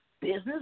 business